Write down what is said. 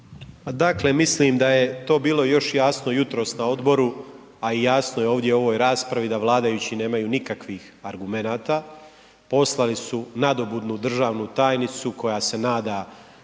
Dakle, mislim da je to bilo još jasno jutros na odboru, a jasno je i ovdje u ovoj raspravi da vladajući nemaju nikakvih argumenata, poslali su nadobudnu državnu tajnicu koja se nada